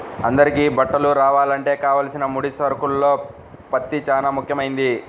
అందరికీ బట్టలు రావాలంటే కావలసిన ముడి సరుకుల్లో పత్తి చానా ముఖ్యమైంది